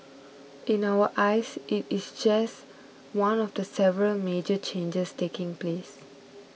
in our eyes it is just one of the several major changes taking place